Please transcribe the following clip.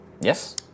Yes